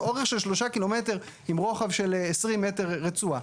אורך של 3 ק"מ עם רוחב של 20 מטר רצועה.